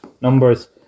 numbers